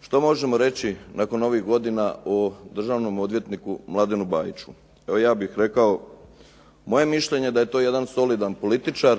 Što možemo reći nakon ovih godina o državnom odvjetniku Mladenu Bajiću? Evo ja bih rekao, moje je mišljenje da je to jedan solidan političar